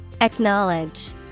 Acknowledge